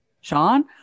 sean